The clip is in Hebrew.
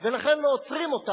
ולכן לא עוצרים אותם,